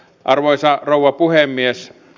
arvoisa rouva puhemies